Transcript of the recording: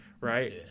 right